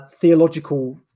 theological